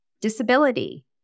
disability